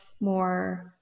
more